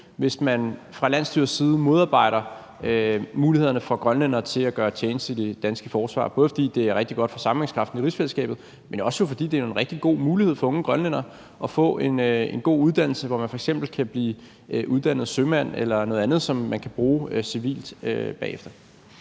hvis man fra landsstyrets side modarbejder mulighederne for grønlændere til at gøre tjeneste i det danske forsvar, både fordi det er rigtig godt for sammenhængskraften i rigsfællesskabet, men også fordi det er en rigtig god mulighed for unge grønlændere at få en god uddannelse, hvor man f.eks. kan blive uddannet sømand eller noget andet, som man kan bruge civilt bagefter.